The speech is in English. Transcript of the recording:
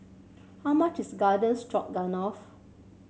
how much is Garden Stroganoff